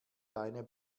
deine